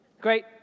Great